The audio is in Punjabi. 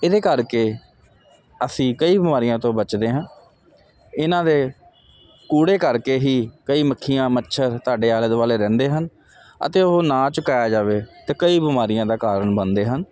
ਇਹਦੇ ਕਰਕੇ ਅਸੀਂ ਕਈ ਬਿਮਾਰੀਆਂ ਤੋਂ ਬਚਦੇ ਹਾਂ ਇਹਨਾਂ ਦੇ ਕੂੜੇ ਕਰਕੇ ਹੀ ਕਈ ਮੱਖੀਆਂ ਮੱਛਰ ਤੁਹਾਡੇ ਆਲੇ ਦੁਆਲੇ ਰਹਿੰਦੇ ਹਨ ਅਤੇ ਉਹ ਨਾ ਚੁਕਾਇਆ ਜਾਵੇ ਤੇ ਕਈ ਬਿਮਾਰੀਆਂ ਦਾ ਕਾਰਨ ਬਣਦੇ ਹਨ